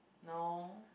no